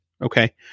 Okay